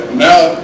now